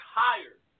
tired